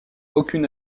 aucune